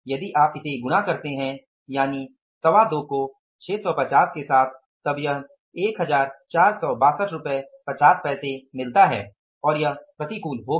यदि आप इसे गुणा करते हैं यानि 225 को 650 के साथ तब यह 14625 मिलता है और यह प्रतिकूल होगा